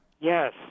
Yes